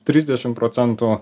trisdešim procentų